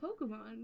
Pokemon